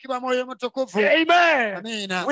Amen